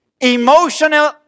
emotional